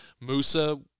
Musa